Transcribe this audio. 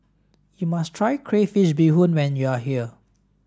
you must try crayfish beehoon when you are here